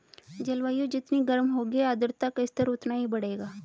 जलवायु जितनी गर्म होगी आर्द्रता का स्तर उतना ही बढ़ेगा